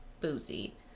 boozy